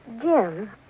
Jim